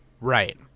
right